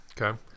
Okay